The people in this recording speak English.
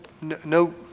no